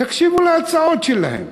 תקשיבו להצעות שלהם.